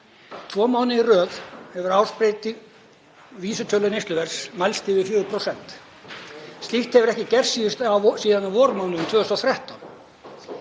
Tvo mánuði í röð hefur ársbreyting vísitölu neysluverðs mælst yfir 4%. Slíkt hefur ekki gerst síðan á vormánuðum 2013.